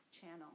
channel